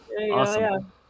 awesome